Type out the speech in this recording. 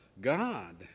God